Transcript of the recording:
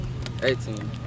18